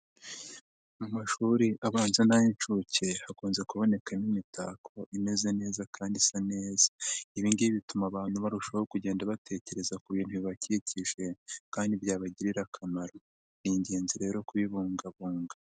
Amashuri abanza n'ay'inshuke, hakunze kubonekamo imitako imeze neza kandi isa neza. Ibi ngibi bituma abantu barushaho kugenda batekereza ku bintu bibakikije, kandi byabagirira akamaro. Ni ingenzi rero kubibungabunga.